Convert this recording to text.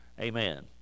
Amen